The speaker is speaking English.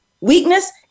weakness